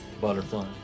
Butterfly